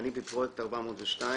אני בפרויקט 402,